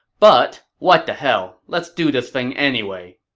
but what the hell. let's do this thing anyway.